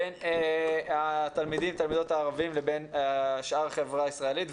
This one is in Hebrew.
בין התלמידים והתלמידות הערבים ובין שאר החברה הישראלית.